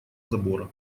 забора